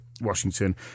Washington